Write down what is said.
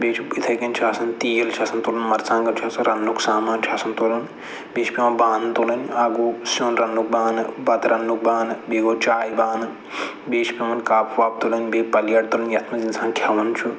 بیٚیہِ چھُ یِتھَے کٔنۍ چھِ آسان تیٖل چھِ آسان تُلُن مَرژانٛگَن چھِ آسان رَنٛنُک سامان چھِ آسان تُلُن بیٚیہِ چھِ پٮ۪وان بانہٕ تُلٕںۍ اکھ گوٚو سیُن رَنٛنُک بانہٕ بَتہٕ رَنٛنُک بانہٕ بیٚیہِ گوٚو چایہِ بانہٕ بیٚیہِ چھِ پٮ۪وان کَپ وَپ تُلٕنۍ بیٚیہِ پَلیٹ تُلٕنۍ یَتھ منٛز اِنسان کھٮ۪وان چھُ